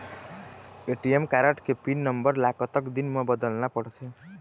ATM card के pin number ला कतक दिन म बदलना पड़थे?